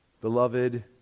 Beloved